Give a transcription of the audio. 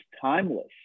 timeless